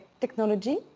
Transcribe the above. technology